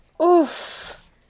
Oof